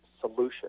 solution